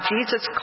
Jesus